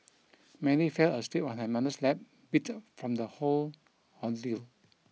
Mary fell asleep on her mother's lap beat from the whole ordeal